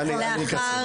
תשכחו